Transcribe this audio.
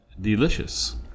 Delicious